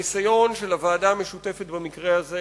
הניסיון של הוועדה המשותפת במקרה הזה,